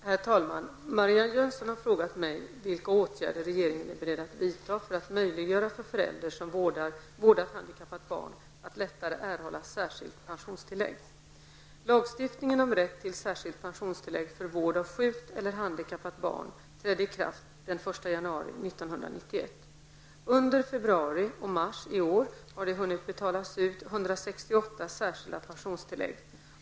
Herr talman! Marianne Jönsson har frågat mig vilka åtgärder regeringen är beredd att vidta för att möjliggöra för förälder som vårdat handikappat barn att lättare erhålla särskilt pensionstillägg. Lagstiftningen om rätt till särskilt pensionstillägg för vård av sjukt eller handikappat barn träder i kraft den 1 januari 1991. Under februari och mars i år har det hunnit betalas ut 168 särskilda pensionstillägg.